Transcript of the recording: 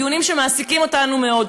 דיונים שמעסיקים אותנו מאוד.